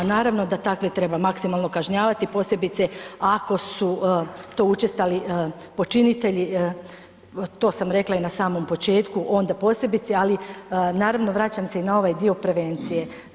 Naravno da takve treba maksimalno kažnjavati, posebice ako su to učestali počinitelji, to sam rekla i na samom početku onda posebice, ali naravno vraćam se i na ovaj dio prevencije.